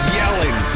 yelling